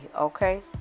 okay